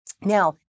Now